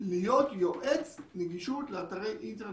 של תקנה 35 היא הצהרת נגישות לאתר אינטרנט